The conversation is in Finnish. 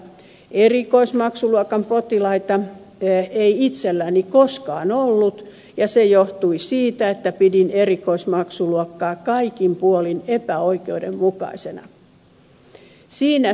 erikoismaksuluokan potilaita ei itselläni koskaan ollut ja se johtui siitä että pidin erikoismaksuluokkaa kaikin puolin epäoikeudenmukaisena